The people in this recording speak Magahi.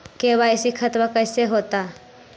के.वाई.सी खतबा कैसे होता?